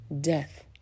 death